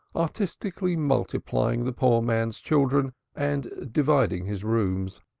artistically multiplying the poor man's children and dividing his rooms.